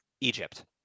Egypt